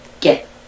get